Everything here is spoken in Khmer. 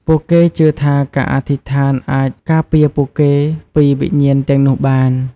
ពួកគេជឿថាការអធិស្ឋានអាចការពារពួកគេពីវិញ្ញាណទាំងនោះបាន។